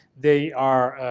they are.